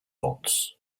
bots